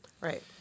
Right